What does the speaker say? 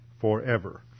forever